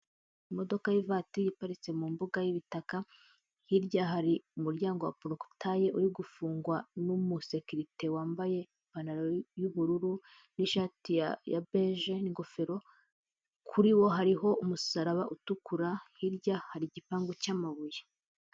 Imodoka y'ivatiri iparitse mu mbuga y'ibitaka, hirya hari umuryango wa porokutaye uri gufungwa n'umusekirite wambaye ipantaro y'ubururu n'ishati ya beje n'ingofero, kuri wo hariho umusaraba utukura, hirya hari igipangu cy'amabuye.